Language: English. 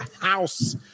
house